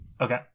Okay